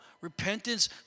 repentance